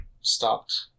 stopped